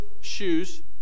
shoes